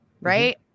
right